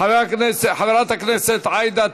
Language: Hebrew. חברת הכנסת עאידה